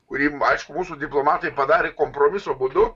kurį aišku mūsų diplomatai padarė kompromiso būdu